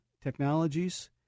Technologies